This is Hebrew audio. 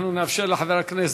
אנחנו נאפשר לחבר הכנסת,